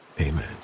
amen